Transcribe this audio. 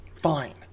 Fine